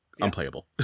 unplayable